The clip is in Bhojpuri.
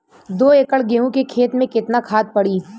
दो एकड़ गेहूँ के खेत मे केतना खाद पड़ी?